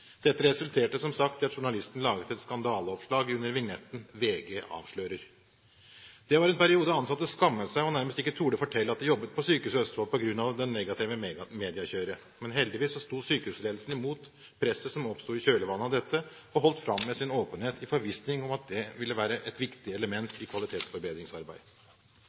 Dette resulterte, som sagt, i at journalisten laget et skandaleoppslag under vignetten «VG avslører». Det var en periode ansatte skammet seg og nærmest ikke torde fortelle at de jobbet på Sykehuset Østfold på grunn av det negative mediekjøret. Men heldigvis sto sykehusledelsen imot presset som oppsto i kjølvannet av dette, og holdt fram med sin åpenhet i forvissning om at det ville være et viktig element i